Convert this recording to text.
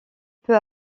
peu